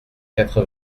quatre